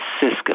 Cisco